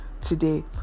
today